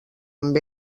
amb